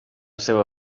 seva